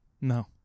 no